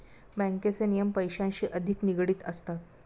बँकेचे नियम पैशांशी अधिक निगडित असतात